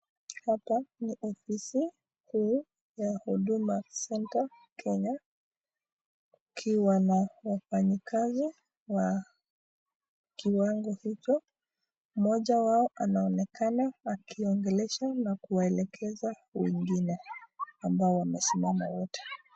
Hapa ni ofisi hii ya Huduma [centre] Kenya, ikiwa na wafanyikazi wa kiwango hicho. Mmoja wao anaonekana akiongelesha na kuwaelekeza wengine ambao wamesimama wote.